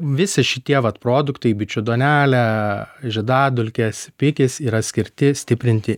visi šitie vat produktai bičių duonelė žiedadulkės pikis yra skirti stiprinti